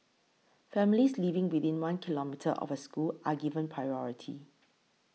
families living within one kilometre of a school are given priority